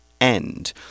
end